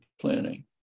planning